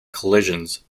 collisions